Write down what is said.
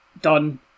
done